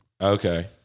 okay